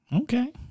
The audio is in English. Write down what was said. Okay